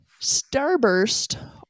Starburst